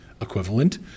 equivalent